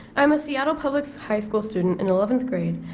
i am a seattle public high school student in eleventh grade,